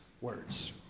words